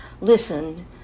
Listen